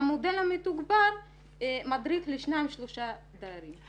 ובמודל המתוגבר מדריך לשניים-שלושה דיירים.